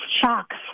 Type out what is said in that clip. shocks